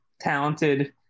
talented